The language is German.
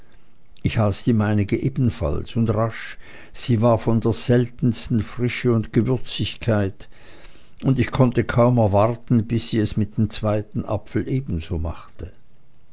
ich aß die meinige ebenfalls und rasch sie war von der seltensten frische und gewürzigkeit und ich konnte kaum erwarten bis sie es mit dem zweiten apfel ebenso machte